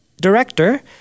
director